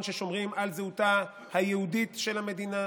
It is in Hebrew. ששומרים על זהותה היהודית של המדינה,